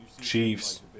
Chiefs